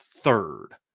third